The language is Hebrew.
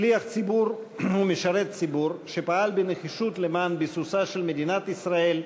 שליח ציבור ומשרת ציבור שפעל בנחישות למען ביסוסה של מדינת ישראל,